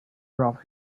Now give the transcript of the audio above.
brought